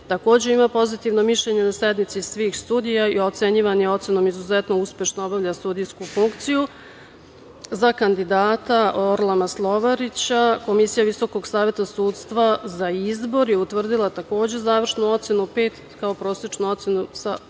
Takođe ima pozitivno mišljenje na sednici svih studija i ocenjivan je ocenom „izuzetno uspešno obavlja sudijsku funkciju“.Za kandidata Orlana Slovanića Komisija VSS za izbor je utvrdila takođe završnu ocenu pet kao prosečnu ocenu za